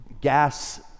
gas